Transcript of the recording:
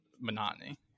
monotony